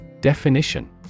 Definition